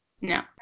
No